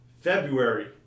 February